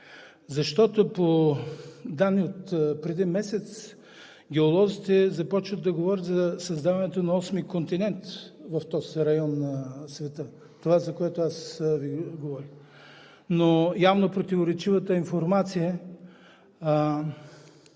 защото по данни отпреди месец геолозите започват да говорят за създаването на осми континент в този район на света – това, за което аз Ви говоря. Но явно противоречивата информация